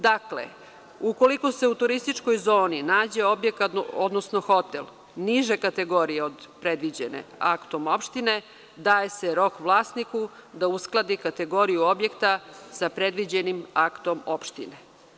Dakle, ukoliko se u turističkoj zoni nađe objekat, odnosno hotel niže kategorije od predviđene aktom opštine daje se rok vlasniku da uskladi kategoriju objekta sa predviđenim aktom opštine.